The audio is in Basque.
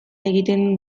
egiten